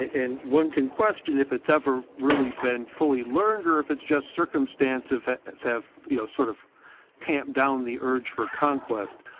and one can question if it's ever really been fully learned or if it's just circumstances have, you know, sort of tamped down the urge for conquest,